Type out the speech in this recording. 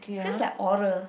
seems like oral